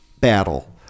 battle